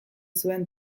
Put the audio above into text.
zuen